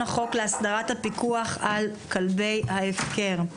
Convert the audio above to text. החוק לתיקון החוק להסדרת הפיקוח על כלבי ההפקר.